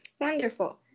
wonderful